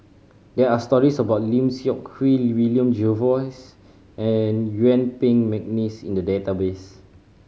there are stories about Lim Seok Hui William Jervois and Yuen Peng McNeice in the database